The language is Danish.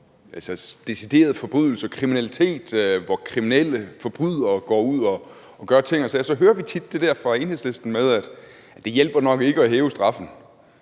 altså decideret forbrydelse, kriminalitet, hvor kriminelle, forbrydere går ud og gør ting og sager, så hører vi tit det der fra Enhedslisten med, at det nok ikke hjælper at hæve straffen.